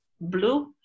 blue